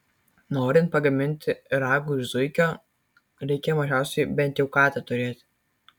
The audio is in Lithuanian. norint pagaminti ragu iš zuikio reikia mažiausiai bent jau katę turėti